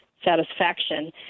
satisfaction